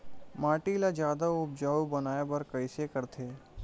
माटी ला जादा उपजाऊ बनाय बर कइसे करथे?